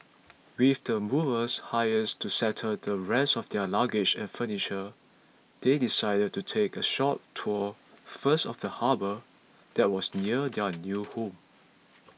with the movers hires to settle the rest of their luggage and furniture they decided to take a short tour first of the harbour there was near their new home